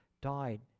died